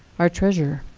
our treasurer.